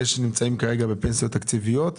השאלה אם אתה עומד ביעד מבחינת החלטת הממשלה שהתקבלה ב-2016.